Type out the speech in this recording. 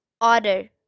order